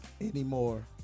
anymore